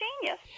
genius